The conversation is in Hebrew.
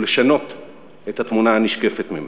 ולשנות את התמונה הנשקפת ממנו.